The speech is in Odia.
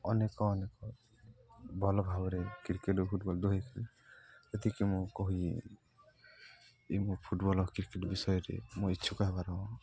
ଅନେକ ଅନେକ ଭଲ ଭାବରେ କ୍ରିକେଟ ଓ ଫୁଟବଲ ଦୁହେଁ ଏତିକି ମୁଁ କହି ଏଇ ମୋ ଫୁଟବଲ ଆଉ କ୍ରିକେଟ ବିଷୟରେ ମୁଁ ଇଚ୍ଛୁକ ହେବାର